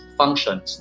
functions